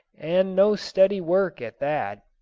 and no steady work at that.